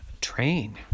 train